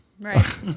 Right